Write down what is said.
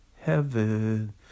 heaven